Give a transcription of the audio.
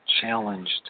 challenged